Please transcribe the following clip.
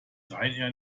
ryanair